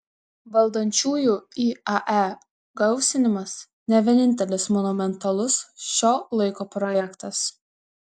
valdančiųjų iae gausinimas ne vienintelis monumentalus šio laiko projektas